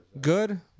Good